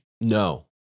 no